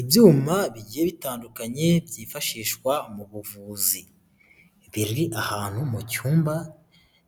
Ibyuma bigiye bitandukanye byifashishwa mu buvuzi, biri ahantu mu cyumba